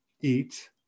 eat